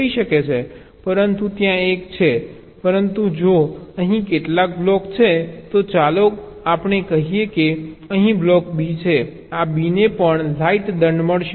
પરંતુ ત્યાં એક છે પરંતુ જો અહીં કેટલાક બ્લોક છે તો ચાલો આપણે કહીએ કે અહીં બ્લોક B છે આ B ને પણ લાઈટ દંડ મળશે